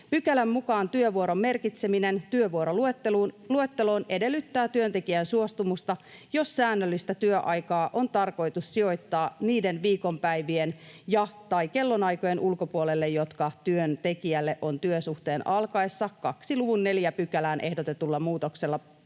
Pykälän mukaan työvuoron merkitseminen työvuoroluetteloon edellyttää työntekijän suostumusta, jos säännöllistä työaikaa on tarkoitus sijoittaa niiden viikonpäivien ja/tai kellonaikojen ulkopuolelle, jotka työntekijälle on työsuhteen alkaessa 2 luvun 4 §:ään ehdotetun muutoksen